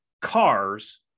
cars